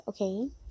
okay